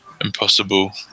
Impossible